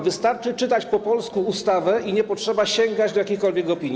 Wystarczy czytać po polsku ustawę i nie potrzeba sięgać do jakichkolwiek opinii.